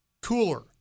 cooler